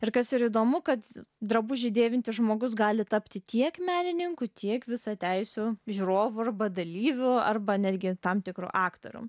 ir kas ir įdomu kad drabužį dėvintis žmogus gali tapti tiek menininkų tiek visateisių žiūrovų arba dalyvių arba netgi tam tikru aktoriumi